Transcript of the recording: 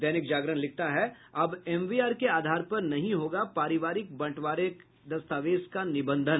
दैनिक जागरण लिखता है अब एमवीआर के आधार पर नहीं होगा पारिवारिक बंटवारे दस्तावेज का निबंधन